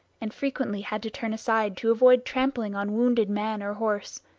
and frequently had to turn aside to avoid trampling on wounded man or horse,